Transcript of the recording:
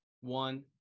one